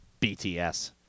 BTS